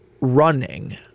running